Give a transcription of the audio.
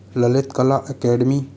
Lalit Kala academy